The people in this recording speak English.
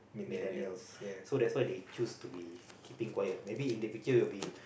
millennials so that's why they choose to be keeping quiet maybe individual will be